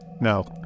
No